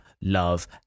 love